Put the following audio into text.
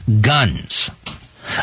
guns